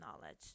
knowledge